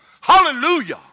Hallelujah